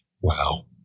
Wow